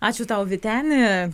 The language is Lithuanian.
ačiū tau vyteni